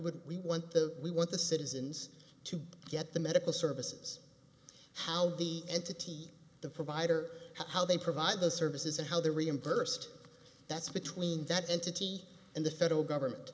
would we want the we want the citizens to get the medical services how the entity the provider how they provide the services and how they're reimbursed that's between that entity and the federal government